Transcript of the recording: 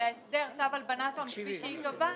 והסדר צו הלבנת הון כפי שייקבע,